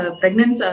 pregnant